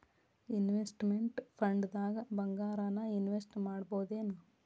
Investment ಫಂಡ್ದಾಗ್ ಭಂಗಾರಾನ invest ಮಾಡ್ಬೊದೇನು?